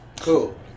Cool